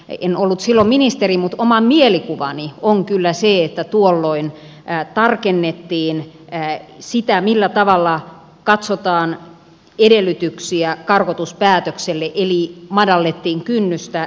en ollut silloin ministeri mutta oma mielikuvani on kyllä se että tuolloin tarkennettiin sitä millä tavalla katsotaan edellytyksiä karkotuspäätökselle eli madallettiin kynnystä